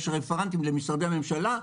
יש רפרנטים למשרדי הממשלה,